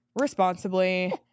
responsibly